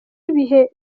ibihe